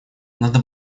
надо